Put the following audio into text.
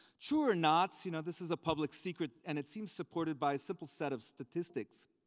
true or not, you know this is a public secret and it seems supported by a simple set of statistics.